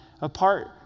apart